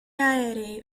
aerei